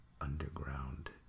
Underground